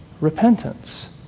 repentance